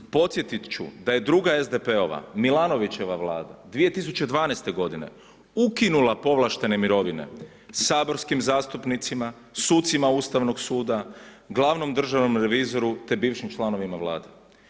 Podsjetit ću da je druga SDP-ova Milanovićeva vlada, 2012. godine ukinula povlaštene mirovine saborskim zastupnicima, sucima Ustavnog suda, glavnom državnom revizoru, te bivšim članovima Vlade.